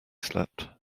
slept